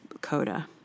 coda